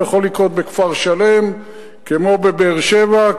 זה יכול לקרות בכפר-שלם כמו בבאר-שבע,